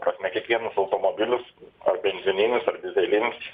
prasme kiekvienas automobilis ar benzininis ar dyzelinis